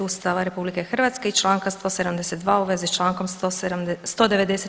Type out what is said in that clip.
Ustava RH i Članka 172. u vezi s Člankom 190.